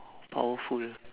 powerful